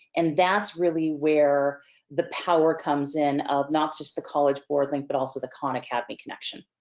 and that's really where the power comes in, of not just the college board link but also the khan academy connection.